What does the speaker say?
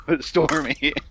Stormy